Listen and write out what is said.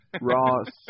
Ross